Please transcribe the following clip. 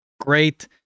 Great